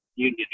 Union